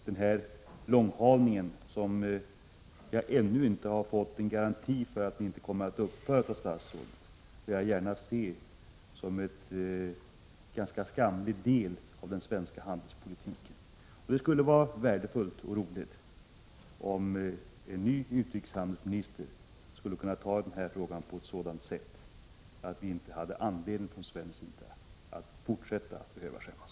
Denna långhalning — och jag har av statsrådet ännu inte fått någon garanti för att den kommer att upphöra — ser jag som en ganska skamlig del av den svenska handelspolitiken. Det skulle vara värdefullt och roligt om en ny utrikeshandelsminister skulle kunna ta sig an den här frågan på ett sådant sätt att vi från svensk sida i fortsättningen inte hade anledning att skämmas.